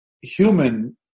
human